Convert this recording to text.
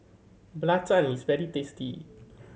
belacan is very tasty